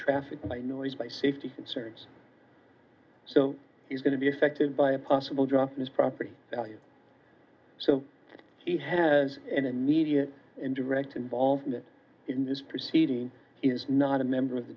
traffic noise by safety concerns so he is going to be affected by a possible drop his property value so he has an immediate and direct involvement in this proceeding is not a member of the